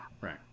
right